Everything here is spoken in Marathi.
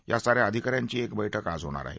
या साऱ्या अधिकाऱ्यांची एक बैठक आज होणार आहे